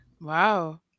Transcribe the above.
Wow